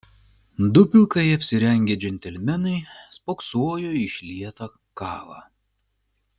du pilkai apsirengę džentelmenai spoksojo į išlietą kavą